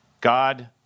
God